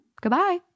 Goodbye